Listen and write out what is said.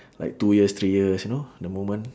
like two years three years you know the moment